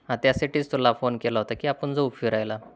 हा त्यासाठीच तुला फोन केला होता की आपण जाऊ फिरायला